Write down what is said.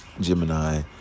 Gemini